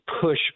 push